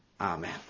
Amen